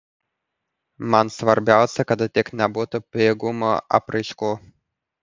man svarbiausia kad tik nebūtų pigumo apraiškų